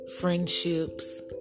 friendships